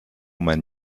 mein